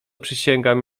przysięgam